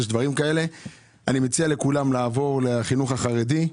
אני מציע לכולם לעבור לחינוך החרדי,